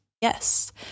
Yes